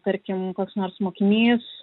tarkim koks nors mokinys